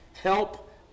help